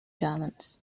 germans